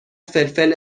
فلفل